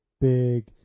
big